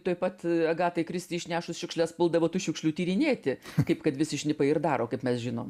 tuoj pat agatai kristi išnešus šiukšles puldavo tų šiukšlių tyrinėti kaip kad visi šnipai ir daro kaip mes žinom